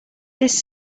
this